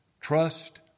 Trust